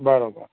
બરાબર